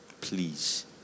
please